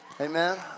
Amen